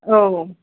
औ